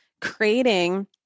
creating